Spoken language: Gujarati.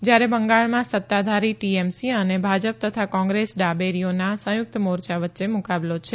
જયારે બંગાળમાં સત્તાધારી ટીએમસી અને ભાજપ તથા કોંગ્રેસ ડાબેરીઓના સંયુકત મોરચા વચ્ચે મુકાબલો છે